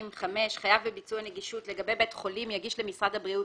חייב בביצוע נגישות לגבי בית חולים יגיש למשרד הבריאות,